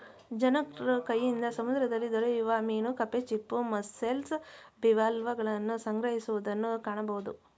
ಜನರು ಕೈಯಿಂದ ಸಮುದ್ರದಲ್ಲಿ ದೊರೆಯುವ ಮೀನು ಕಪ್ಪೆ ಚಿಪ್ಪು, ಮಸ್ಸೆಲ್ಸ್, ಬಿವಾಲ್ವಗಳನ್ನು ಸಂಗ್ರಹಿಸುವುದನ್ನು ಕಾಣಬೋದು